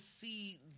see